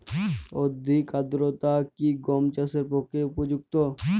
অধিক আর্দ্রতা কি গম চাষের পক্ষে উপযুক্ত?